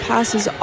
Passes